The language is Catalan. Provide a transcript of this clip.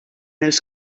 els